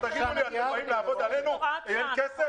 תגידו לי: אתם באים לעבוד עלינו ולומר שאין כסף?